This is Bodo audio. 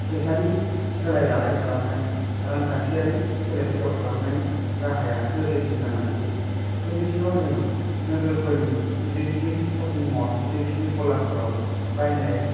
जायनि थाखाय फैसानि होलाय लालाय खालामनाय रांखान्थियारि सोलाय सोल खालामनाय राहाया गोरलैसिन जानानै फैदों बे बिथिङाव जोङो नोगोरफोरनि गिदिर गिदिर सपिं मल गिदिर गिदिर गलाफ्राव बानाय फान्नाय